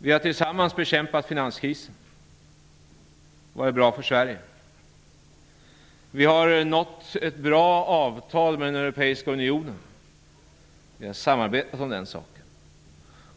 Vi har tillsammans bekämpat finanskrisen. Det har varit bra för Sverige. Vi har nått ett bra avtal med den europeiska unionen. Vi har samarbetat om den saken.